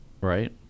right